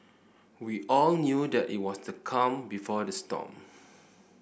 we all knew that it was the calm before the storm